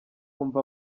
mva